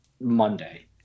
monday